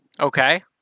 Okay